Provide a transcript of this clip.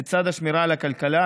לצד השמירה על הכלכלה,